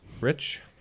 rich